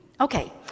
Okay